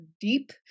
deep